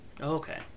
Okay